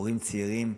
הורים צעירים,